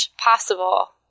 possible